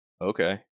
Okay